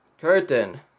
curtain